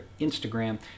Instagram